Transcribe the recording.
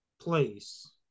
place